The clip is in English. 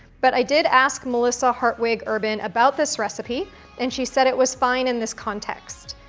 but i did ask melissa hartwig urban about this recipe and she said it was fine in this context.